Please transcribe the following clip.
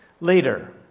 Later